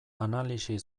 analisi